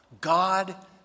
God